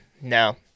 No